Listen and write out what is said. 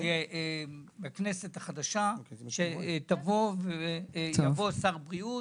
לכנסת החדשה שתבוא ויבוא שר בריאות,